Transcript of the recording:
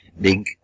big